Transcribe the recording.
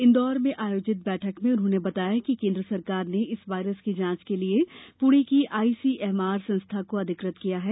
इंदौर में आयोजित बैठक में उन्होंने बताया कि केन्द्र सरकार ने इस वायरस की जाँच के लिये पुणे की आईसीएमआर संस्था को अधिकृत किया है